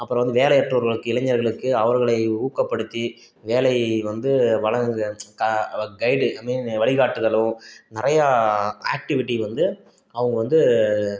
அப்புறோம் வந்து வேலையற்றோர்களுக்கு இளைஞர்களுக்கு அவர்களை ஊக்கப்படுத்தி வேலை வந்து வளங்கள் க கைடு ஐ மீன் வழிகாட்டுதலும் நிறையா ஆக்டிவிட்டி வந்து அவங்க வந்து